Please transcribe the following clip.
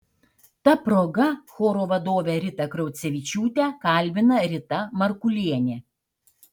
ta proga choro vadovę ritą kraucevičiūtę kalbina rita markulienė